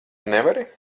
nevari